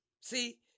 See